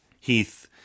Heath